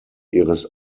ihres